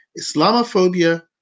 Islamophobia